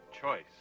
choice